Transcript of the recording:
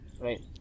Right